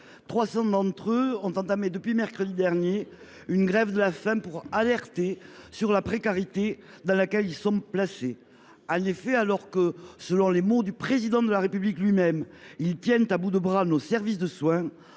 300 d’entre eux ont entamé une grève de la faim pour alerter sur la précarité dans laquelle ils sont placés. En effet, alors que, selon les mots du Président de la République lui même, « ils tiennent […] à bout de bras nos services de soins